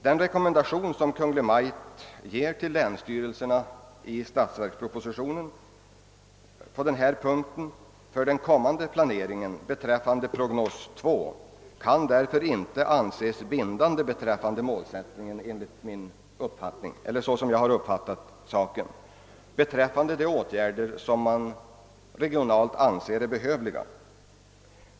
Den rekommendation som Kungl. Maj:t i statsverkspropositionen ger länsstyrelserna beträffande den kommande planeringen för prognos 2 kan därför inte anses bindande i fråga om målsättningen och de åtgärder som regionalt anses behövliga.